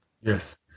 Yes